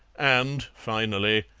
and, finally,